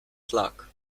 tlak